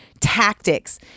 tactics